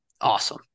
Awesome